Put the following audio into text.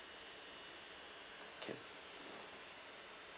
okay